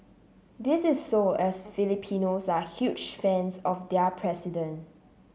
this is so as Filipinos are huge fans of their president